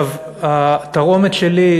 התרעומת שלי,